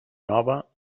nova